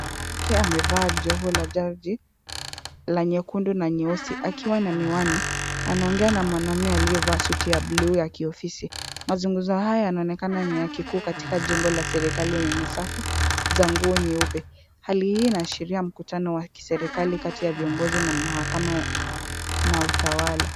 Mwanamke amevaa joho la jaji la nyekundu na nyeusi akiwa na miwani . Anaongea na mwanamume aliyevaa suti ya blue ya kiofisi. Mazungumzo haya yanaonekana ni ya kikuu katika jengo la serikali lenye safu za nguo nyeupe . Hali hii inaashiria mkutano wa kiserikali kati ya viongozi na mahakama na utawala.